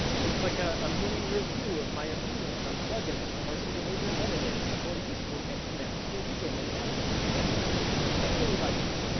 things like a ah mini review of my opinions on plugins for most of the major editors and more useful git commands for reading and managing commit history. i really like git.